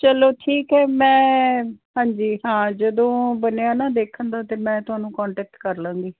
ਚਲੋ ਠੀਕ ਹੈ ਮੈਂ ਹਾਂਜੀ ਹਾਂ ਜਦੋਂ ਬਣਿਆ ਨਾ ਦੇਖਣ ਦਾ ਅਤੇ ਮੈਂ ਤੁਹਾਨੂੰ ਕੋਂਟੈਕਟ ਕਰ ਲਵਾਂਗੀ